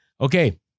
Okay